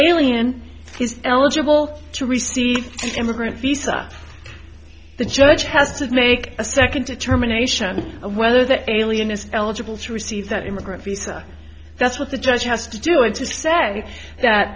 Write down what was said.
alien is eligible to receive immigrant visa the judge has to make a second determination whether the alien is eligible to receive that immigrant visa that's what the judge has to do it to say that